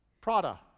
Prada